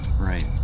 right